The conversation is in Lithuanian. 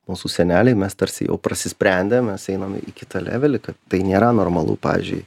mūsų seneliai mes tarsi jau prasisprendėm mes einame į kitą levelį kad tai nėra normalu pavyzdžiui